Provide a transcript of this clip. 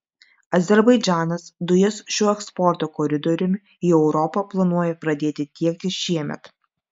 azerbaidžanas dujas šiuo eksporto koridoriumi į europą planuoja pradėti tiekti šiemet